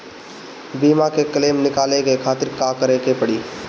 बीमा के क्लेम निकाले के खातिर का करे के पड़ी?